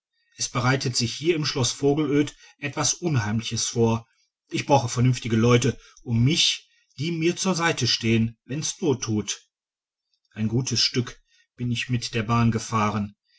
es bereitet sich hier im schloß vogelöd etwas unheimliches vor ich brauche vernünftige leute um mich die mir zur seite stehen wenn's not tut ein gutes stück bin ich mit der bahn gefahren